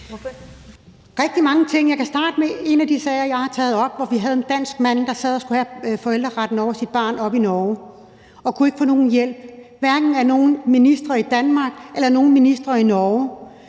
rigtig mange ting. Jeg kan starte med en af de sager, jeg har taget op. Det var en dansk mand, der skulle have forældreretten over sit barn oppe i Norge, og han kunne ikke få nogen hjælp, hverken af nogen ministre i Danmark eller nogen ministre i Norge,